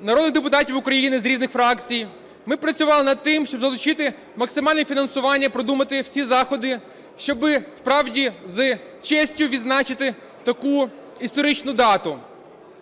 народних депутатів України з різних фракцій. Ми працювали над тим, щоб залучити максимальне фінансування і продумати всі заходи, щоб справді з честю відзначити таку історичну дату.